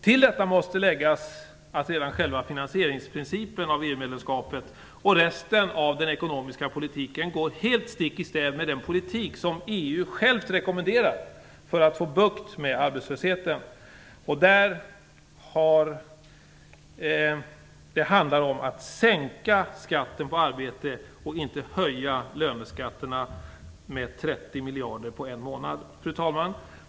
Till detta måste läggas att redan själva principen för finansiering av EU-medlemskapet och resten av den ekonomiska politiken går helt stick i stäv mot den politik som EU rekommenderar för att få bukt med arbetslösheten. Där handlar det om att sänka skatten på arbete, inte att höja löneskatterna med 30 miljarder på en månad. Fru talman!